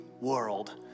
world